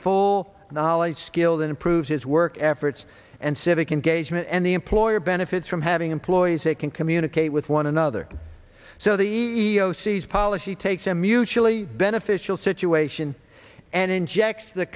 full knowledge skill that improves his work efforts and civic engagement and the employer benefits from having employees they can communicate with one another so the seas policy takes a mutually beneficial situation and injects the